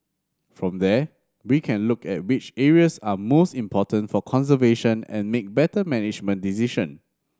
from there we can look at which areas are most important for conservation and make better management decision